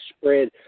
spread